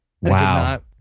wow